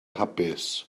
hapus